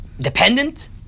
dependent